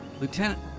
Lieutenant